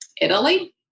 Italy